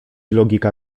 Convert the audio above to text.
logika